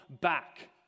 back